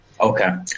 Okay